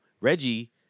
Reggie